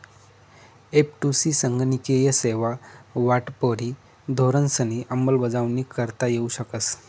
एफ.टु.सी संगणकीय सेवा वाटपवरी धोरणंसनी अंमलबजावणी करता येऊ शकस